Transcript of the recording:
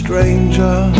Stranger